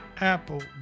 Apple